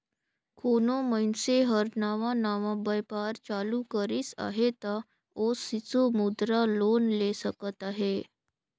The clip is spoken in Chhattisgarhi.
कोनो मइनसे हर नावा नावा बयपार चालू करिस अहे ता ओ सिसु मुद्रा लोन ले सकत अहे